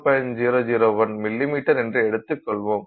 001 millimetre என்று எடுத்துக்கொள்வோம்